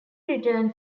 returned